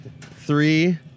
three